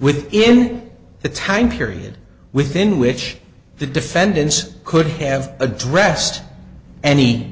with in the time period within which the defendants could have addressed any